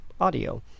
audio